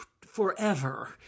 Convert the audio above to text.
forever